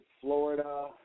Florida